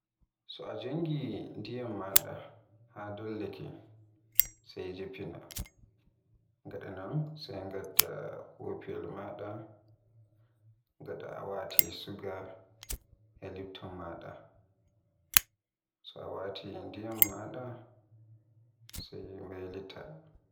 So jongi ndiyam maada haa dollake sai jiffina. Daga don sai ngadda kofiyel maada gada a wati suga e Lipton maada. So a wati ndiyam maada sai mbaylita.